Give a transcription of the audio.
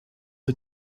are